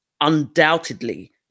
undoubtedly